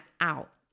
out